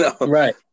Right